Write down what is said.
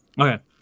Okay